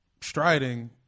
striding